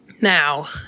Now